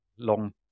long